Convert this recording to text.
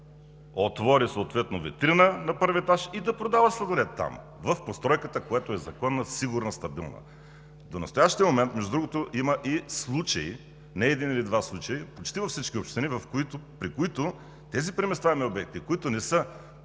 отвори съответно витрина на първия етаж и да продава сладолед там – в постройката, която е законна, сигурна, стабилна. До настоящия момент, между другото, има не един или два случая почти във всички общини, при които тези преместваеми обекти, които не са